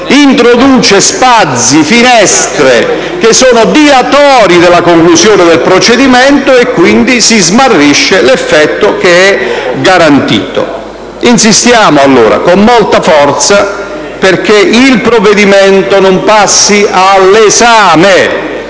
introduce spazi e finestre che sono dilatori rispetto alla conclusione del procedimento stesso, smarrendo quindi l'effetto che è garantito. Insistiamo quindi con molta forza perché il provvedimento non passi all'esame